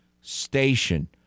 Station